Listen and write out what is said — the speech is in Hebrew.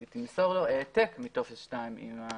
היא תמסור לו העתק מטופס 2 עם החותמת.